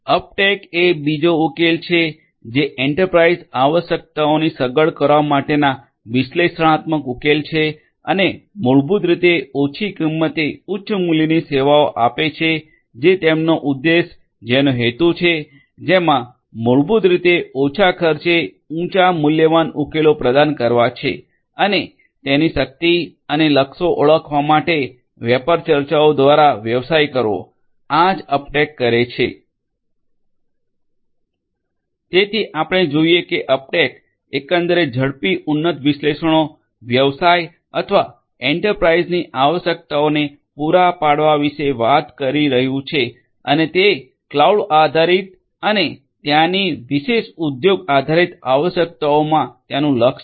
uptake એ બીજો ઉકેલ છે જે એન્ટરપ્રાઈઝ આવશ્યકતાઓની સગવડ કરવા માટેના વિશ્લેષણાત્મક ઉકેલ છે અને મૂળભૂત રીતે ઓછી કિંમતે ઉચ્ચ મૂલ્યની સેવાઓ આપે છે જે તેમનો ઉદ્દેશ જેનો હેતુ છે જેમાં મૂળભૂત રીતે ઓછા ખર્ચે ઉચા મૂલ્યવાન ઉકેલો પ્રદાન કરવા છે અને તેની શક્તિ અને લક્ષ્યો ઓળખવા માટે વેપાર ચર્ચાઓ દ્વારા વ્યવસાય કરવો આ જ અપટેક કરે છે તેથી આપણે જોઈએ કે અપટેક એકંદરે ઝડપી ઉન્નત વિશ્લેષણો વ્યવસાય અથવા એન્ટરપ્રાઇઝની આવશ્યકતાઓને પૂરા પાડવા વિશે વાત કરી રહ્યું છે અને તે ક્લાઉડ આધારિત અને અને ત્યાંની વિશિષ્ટ ઉદ્યોગ આધારિત આવશ્યકતાઓમાં તેનું લક્ષ્ય છે